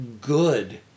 good